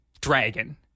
dragon